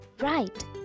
Right